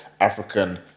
African